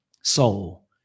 soul